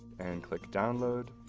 and click download,